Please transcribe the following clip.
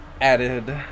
added